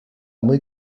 muy